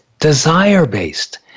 desire-based